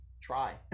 try